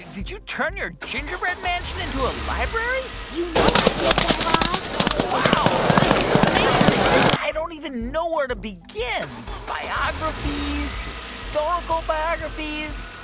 did you turn your gingerbread mansion into a library? you know i did, guy raz wow. this is amazing. i don't even know where to begin biographies, historical biographies